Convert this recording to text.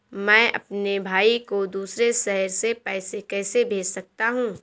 मैं अपने भाई को दूसरे शहर से पैसे कैसे भेज सकता हूँ?